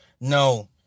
no